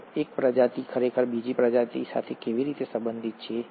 અને એક પ્રજાતિ ખરેખર બીજી પ્રજાતિ સાથે કેવી રીતે સંબંધિત છે